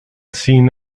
seen